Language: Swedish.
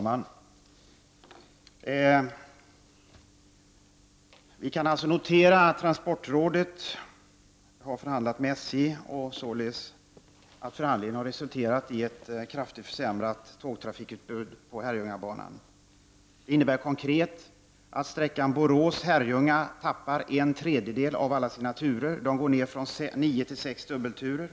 Herr talman! Vi kan notera att transportrådet har förhandlat med SJ och att förhandlingarna således har resulterat i ett kraftigt försämrat tågtrafikutbud på Herrljungabanan. Det innebär konkret att sträckan Borås-Herrljunga tappar en tredjedel av sina turer och går ner från nio till sex dubbelturer.